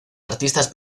artistas